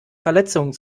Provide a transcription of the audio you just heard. verletzungen